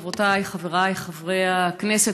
חברותיי וחבריי חברי הכנסת,